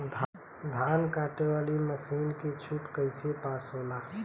धान कांटेवाली मासिन के छूट कईसे पास होला?